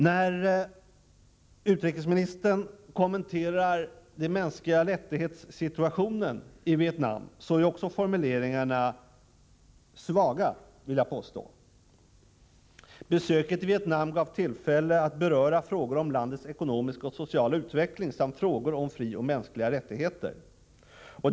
När utrikesministern kommenterar situationen i Vietnam med avseende på mänskliga rättigheter är också formuleringarna svaga, vill jag påstå. ”Besöket i Vietnam gav —-- tillfällen att beröra frågor om landets ekonomiska och sociala utveckling samt frågor om mänskliga frioch rättigheter.